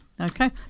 Okay